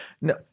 No